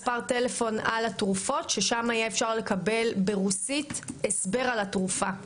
התרופות מספר טלפון שבו יהיה אפשר לקבל הסבר ברוסית על התרופה.